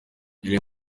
yari